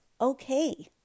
okay